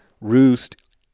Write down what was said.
roost